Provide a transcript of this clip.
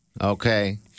Okay